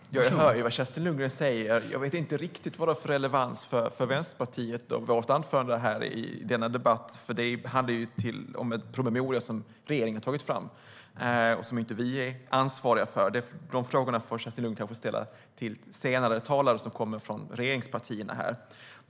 Herr ålderspresident! Jag hör vad Kerstin Lundgren säger. Men jag vet inte riktigt vad det har för relevans för Vänsterpartiet och för mitt anförande här i denna debatt. Det handlar nämligen om en promemoria som regeringen har tagit fram och som vi inte är ansvariga för. Dessa frågor får Kerstin Lundgren kanske ställa till senare talare från regeringspartierna.